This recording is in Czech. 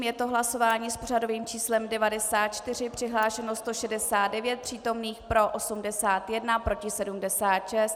Je to hlasování s pořadovým číslem 94, přihlášeno 169 přítomných, pro 81, proti 76.